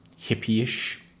hippie-ish